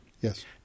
Yes